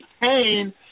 pain